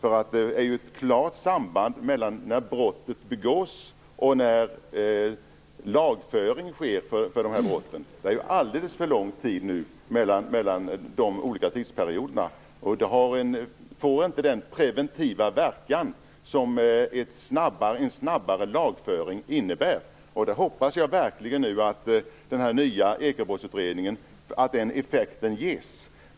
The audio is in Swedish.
Det finns ett klart samband mellan när brottet begås och när lagföring sker för brotten. Det är en alldeles för lång tid nu mellan de olika tidpunkterna. Då får det inte den preventiva verkan som en snabbare lagföring innebär. Jag hoppas verkligen att den effekten nu åstadkoms.